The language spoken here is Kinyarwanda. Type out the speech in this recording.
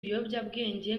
ibiyobyabwenge